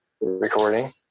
recording